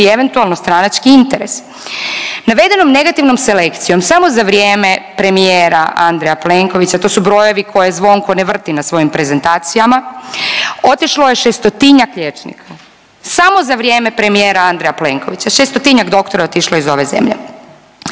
ili eventualno stranački interes. Navedenom negativnom selekcijom samo za vrijeme premijera Andreja Plenkovića, to su brojevi koje zvonko ne vrti na svojim prezentacijama otišlo je 600-tinjak liječnika samo za vrijeme premijera Andreja Plenkovića, 600-tinjak doktora je otišlo iz ove zemlje.